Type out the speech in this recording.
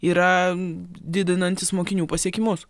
yra didinantys mokinių pasiekimus